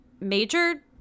major